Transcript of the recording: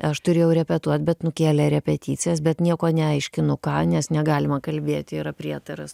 aš turėjau repetuot bet nukėlė repeticijas bet nieko neaiškinu ką nes negalima kalbėti yra prietaras